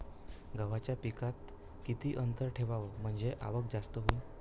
गव्हाच्या पिकात किती अंतर ठेवाव म्हनजे आवक जास्त होईन?